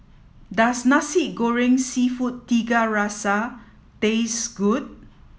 does Nasi Goreng Seafood Tiga Rasa taste good